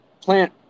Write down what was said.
plant